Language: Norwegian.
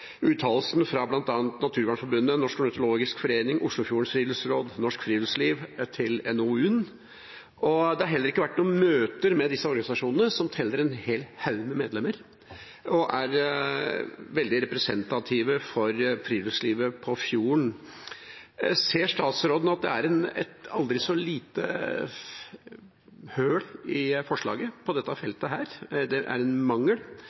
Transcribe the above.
fra bl.a. Naturvernforbundet, Norsk Ornitologisk Forening, Oslofjordens Friluftsråd og Norsk Friluftsliv til NOU-en. Det har heller ikke vært noen møter med disse organisasjonene, som teller en hel haug med medlemmer og er veldig representative for friluftslivet på fjorden. Ser statsråden at det er et aldri så lite hull i forslaget på dette feltet – at det er en mangel,